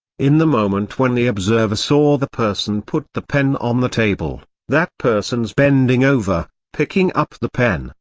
in the moment when the observer saw the person put the pen on the table, that person's bending over, picking up the pen,